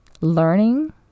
learning